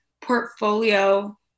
portfolio